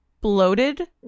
bloated